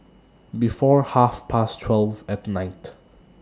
before Half Past twelve At Night